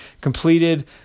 completed